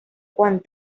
quant